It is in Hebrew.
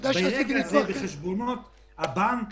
ברגע זה בחשבונות הבנק